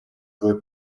твой